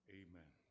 amen